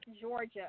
Georgia